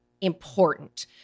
important